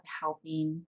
helping